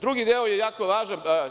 Drugi deo je jako važan.